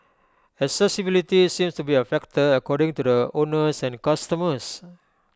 accessibility seems to be A factor according to the owners and customers